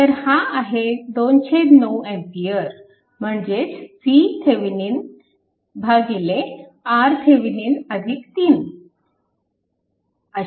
तर हा आहे 29A म्हणजेच VThevenin RThevenin 3